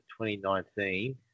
2019